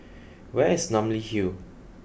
where is Namly Hill